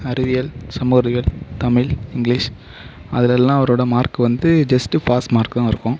அறிவியல் சமூகறிவியல் தமிழ் இங்கிலிஷ் அதில் எல்லாம் அவரோட மார்க் வந்து ஜஸ்ட்டு பாஸ் மார்க் தான் இருக்கும்